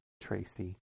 Tracy